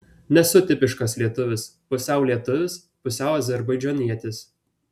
nesu tipiškas lietuvis pusiau lietuvis pusiau azerbaidžanietis